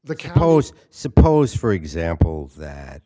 the cowards suppose for example that